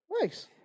Nice